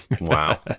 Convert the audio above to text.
Wow